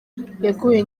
yaguye